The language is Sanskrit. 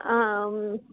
आं